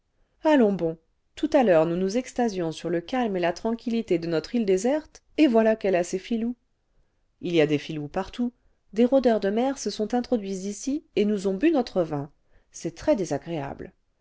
allons bon tout à l'heure nous nous extasions sur le calme et la tranquillité de notre île déserte et voilà qu'elle a ses filous il y a des filous partout des rôdeurs de mer se sont introduits ici et nous ont bu notre vin c'est très désagréable